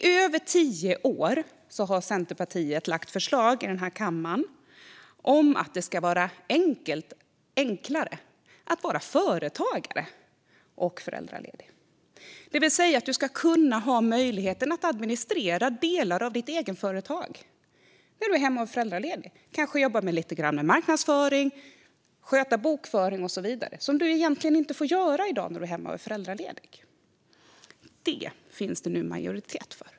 I över tio år har Centerpartiet lagt fram förslag i kammaren om att det ska vara enklare att vara företagare och föräldraledig. Man ska kunna få administrera delar av sitt egenföretag när man är hemma och är föräldraledig. Kanske jobbar man lite grann med marknadsföring eller sköter bokföringen, sådant som man egentligen inte får göra i dag när man är hemma och är föräldraledig. Det finns det nu en majoritet för.